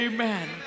Amen